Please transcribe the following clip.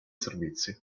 servizi